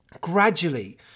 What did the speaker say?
gradually